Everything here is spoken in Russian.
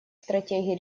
стратегий